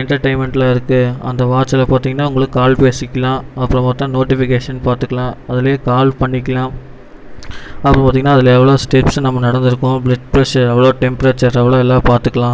என்டர்டெய்ன்மெண்ட்லாம் இருக்குது அந்த வாட்ச்சில் பார்த்திங்கனா உங்களுக்கு கால் பேசிக்கலாம் அப்புறம் பார்த்தா நோட்டிஃபிகேஷன் பார்த்துக்கலாம் அதில் கால் பண்ணிக்கலாம் அப்போது பார்த்திங்கனா அதில் எவ்வளோ ஸ்டெப்ஸ் நம்ம நடந்து இருக்கோம் பிளட் பிரஷர் எவ்வளோ டெம்பரேச்சர் எவ்வளோ எல்லாம் பார்த்துக்கலாம்